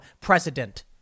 president